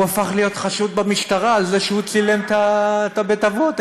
הוא הפך להיות חשוד במשטרה על זה שהוא צילם את בית-האבות,